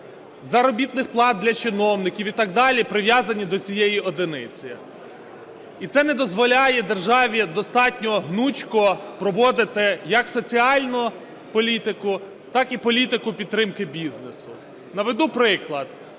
заробітних плат для чиновників і так далі) прив'язані до цієї одиниці. І це не дозволяє державі достатньо гнучко проводити як соціальну політику, так і політику підтримки бізнесу. Наведу приклад.